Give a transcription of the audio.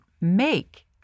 make